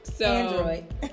Android